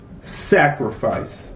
Sacrifice